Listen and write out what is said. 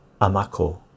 Amako